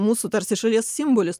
mūsų tarsi šalies simbolis